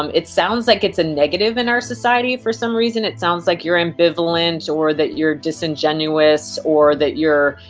um it sounds like it's a negative in our society for some reason, it sounds like you're ambivalent or that you're disingenuous or that you're,